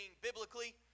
biblically